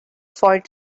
foiled